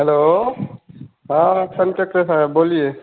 hello हाँ conductor साहब बोलिए